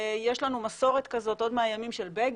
יש לנו מסורת כזו עוד מהימים של בגין.